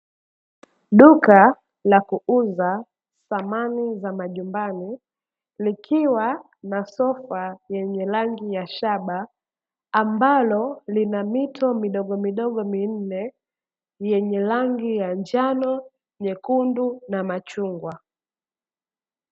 Duka la kuuza samani za majumbani, likiwa na sofa yenye rangi ya shaba. Ambalo lina mito midogo midogo minne yenye rangi ya njano, nyekundu na machungwa.